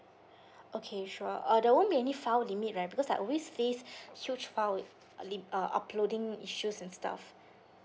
okay sure uh there won't be any file limit right because I always face huge file with uh li~ uh uploading issues and stuff